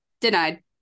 denied